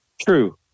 True